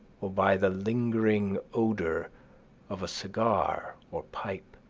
or by the lingering odor of a cigar or pipe.